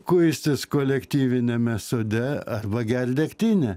kuistis kolektyviniame sode arba gert degtinę